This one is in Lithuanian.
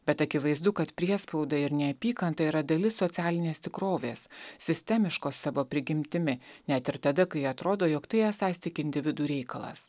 bet akivaizdu kad priespauda ir neapykanta yra dalis socialinės tikrovės sistemiškos savo prigimtimi net ir tada kai atrodo jog tai esąs tik individų reikalas